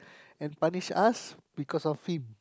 and punish us because of him